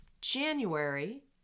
January